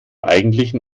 eigentlichen